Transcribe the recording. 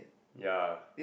ya